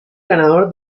ganador